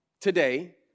today